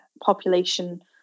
population